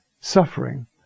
suffering